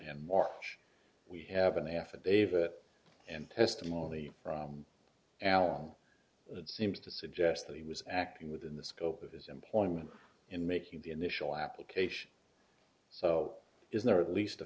and march we have an affidavit and testimony from al that seems to suggest that he was acting within the scope of his employment in making the initial application so is there at least